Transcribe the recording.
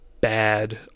bad